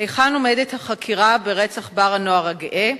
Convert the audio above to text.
היכן עומדת החקירה ברצח "בר-נוער" לנוער הגאה?